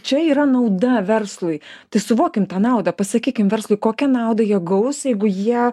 čia yra nauda verslui tai suvokim tą naudą pasakykim verslui kokią naudą jie gaus jeigu jie